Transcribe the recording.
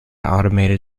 automated